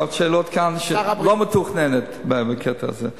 -- בשעת שאלות כאן, לא מתוכננת בקטע הזה.